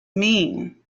mean